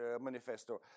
Manifesto